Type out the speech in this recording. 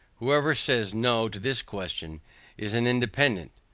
whoever says no to this question is an independant,